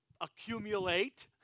accumulate